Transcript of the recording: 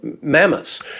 mammoths